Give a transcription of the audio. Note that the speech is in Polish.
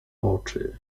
oczy